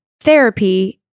therapy